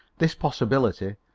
this possibility,